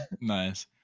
nice